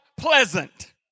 Pleasant